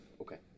Okay